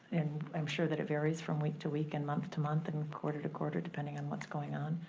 and i'm sure that it varies from week-to-week and month-to-month and quarter-to-quarter, depending on what's going on.